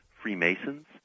Freemasons